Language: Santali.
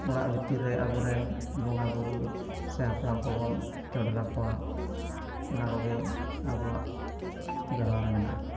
ᱚᱲᱟᱜ ᱵᱷᱤᱛᱤᱨ ᱨᱮ ᱟᱵᱚ ᱨᱮᱱ ᱵᱚᱸᱜᱟ ᱵᱩᱨᱩ ᱥᱮ ᱦᱟᱯᱲᱟᱢ ᱠᱚᱵᱚᱱ ᱪᱚᱰᱚᱨᱟᱠᱚᱣᱟ ᱚᱱᱟ ᱠᱚᱜᱮ ᱟᱵᱚᱣᱟᱜ ᱵᱮᱣᱦᱟᱨ ᱢᱮᱱᱟᱜᱼᱟ